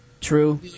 true